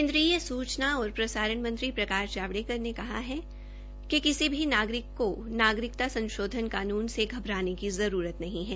केन्द्रीय सूचना और प्रसारण मंत्री प्रकाश जावड़ेकर ने कहा है कि किसी भी नागरिक को नागरिकता संशोधन कानून से घबराने की जरूरत नहीं है